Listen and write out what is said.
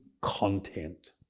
content